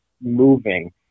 moving